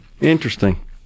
Interesting